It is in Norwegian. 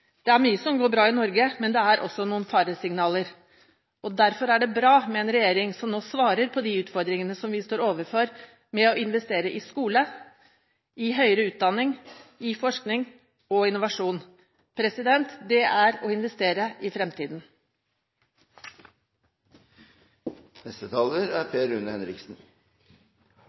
Det er mye som går bra i Norge, men det er også noen faresignaler. Derfor er det bra med en regjering som nå svarer på de utfordringene som vi står overfor med å investere i skole, i høyere utdanning, i forskning og innovasjon. Det er å investere i fremtiden. Det er